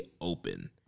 Open